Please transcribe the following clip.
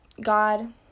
God